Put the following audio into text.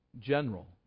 general